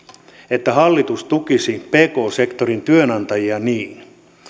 että hallitus tukisi pk sektorin työnantajia niin